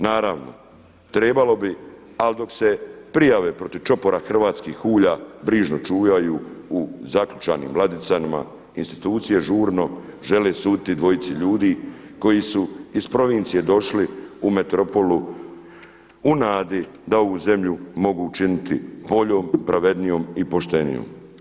Naravno, trebalo bi ali dok se prijave protiv čopora hrvatskih … brižno čuvaju u zaključanim ladicama institucije žurno žele suditi dvojici ljudi koji su iz provincije došli u metropolu u nadi da ovu zemlju mogu učiniti boljom, pravednijom i poštenijom.